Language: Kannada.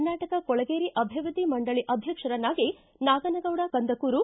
ಕರ್ನಾಟಕ ಕೊಳಗೇರಿ ಅಭಿವೃದ್ಧಿ ಮಂಡಳಿ ಅಧ್ಯಕ್ಷರನ್ನಾಗಿ ನಾಗನಗೌಡ ಕಂದಕೂರು